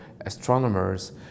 astronomers